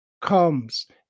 comes